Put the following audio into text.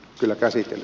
sylkäisi